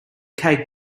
cake